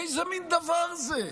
איזה מין דבר זה?